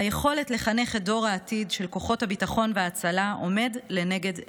היכולת לחנך את דור העתיד של כוחות הביטחון וההצלה עומדת לנגד עינינו.